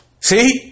See